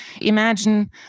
imagine